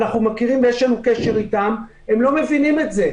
אנחנו מכירים ויש לנו קשר איתם הם לא מבינים את זה,